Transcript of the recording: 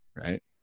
right